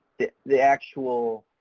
the the actual